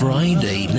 Friday